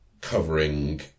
covering